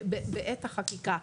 בעת החקיקה,